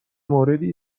موردی